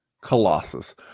colossus